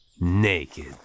Naked